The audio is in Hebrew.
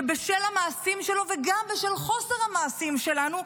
שבשל המעשים שלו וגם בשל חוסר המעשים שלו,